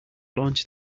launch